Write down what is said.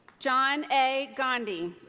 john a. gondy.